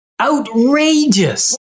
outrageous